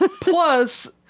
Plus